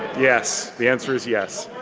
yes, the answer is yes.